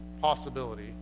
possibility